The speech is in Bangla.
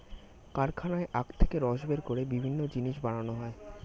কারখানায় আখ থেকে রস বের করে বিভিন্ন জিনিস বানানো হয়